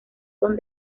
son